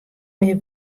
mear